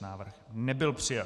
Návrh nebyl přijat.